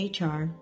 HR